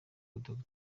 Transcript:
w’ikigo